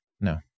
no